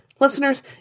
Listeners